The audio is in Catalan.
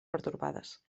pertorbades